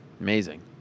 Amazing